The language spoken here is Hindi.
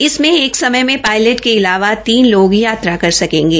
इसमें एक समय में श्रायलट के अलावा तीन लोग यात्रा कर सकेंगे